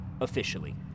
Officially